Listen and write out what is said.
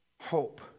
hope